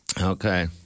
Okay